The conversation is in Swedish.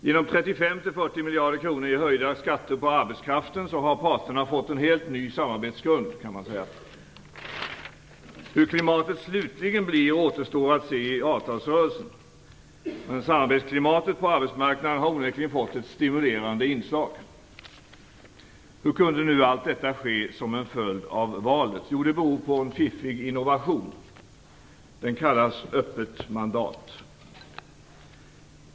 Genom 35-40 miljarder kronor i höjda skatter på arbetskraften har parterna fått en helt ny samarbetsgrund. Hur klimatet slutligen blir återstår att se i avtalsrörelsen. Men samarbetsklimatet på arbetsmarknaden har onekligen fått ett stimulerande inslag. Hur kunde allt detta ske som en följd av valet! Jo, det beror på en fiffig innovation som kallas öppet mandat.